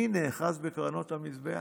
אני נאחז בקרנות המזבח?